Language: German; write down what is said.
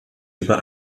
über